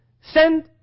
send